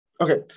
Okay